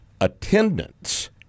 attendance